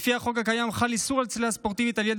לפי החוק הקיים חל איסור בצלילה ספורטיבית על ילד